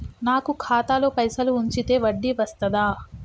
నాకు ఖాతాలో పైసలు ఉంచితే వడ్డీ వస్తదా?